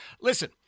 Listen